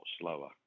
slower